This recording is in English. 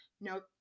no